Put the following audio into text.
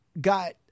got